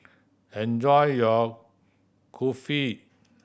enjoy your Kulfi